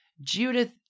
Judith